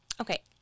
Okay